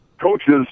coaches